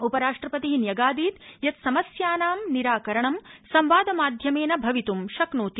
उपराष्ट्रपति न्यगादीत यत समस्यानां निराकरणं संवाद माध्यमेन भवित्म शक्नोति